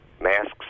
masks